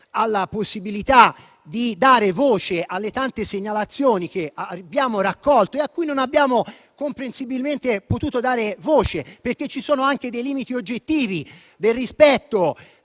alla possibilità di dare voce alle tante segnalazioni che abbiamo raccolto e a cui non abbiamo comprensibilmente potuto dare voce, perché ci sono anche i limiti oggettivi del rispetto